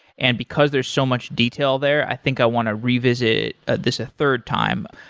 and because there's so much detail there, i think i want to revisit this a third time.